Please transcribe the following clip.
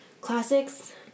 classics